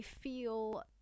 feel